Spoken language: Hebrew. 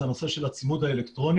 זה הנושא של הצימוד האלקטרוני.